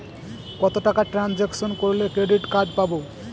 কত টাকা ট্রানজেকশন করলে ক্রেডিট কার্ড পাবো?